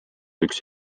üks